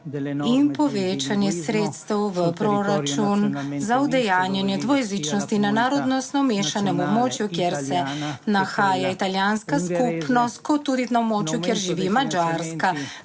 in povečanje sredstev v proračun. Za udejanjanje dvojezičnosti na narodnostno mešanem območju, kjer se nahaja italijanska skupnost, kot tudi na območju, kjer živi madžarska